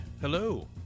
Hello